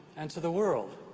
and to the world.